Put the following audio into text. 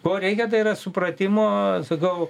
ko reikia tai yra supratimo sakau